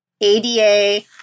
ADA